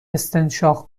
استنشاق